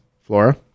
Flora